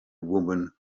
woman